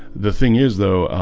the thing is though.